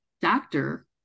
doctor